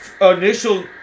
initial